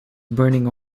burning